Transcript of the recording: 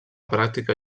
pràctica